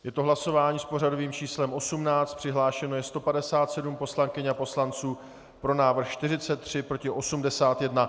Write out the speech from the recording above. Je to hlasování s pořadovým číslem 18, přihlášeno je 157 poslankyň a poslanců, pro návrh 43, proti 81.